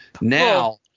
Now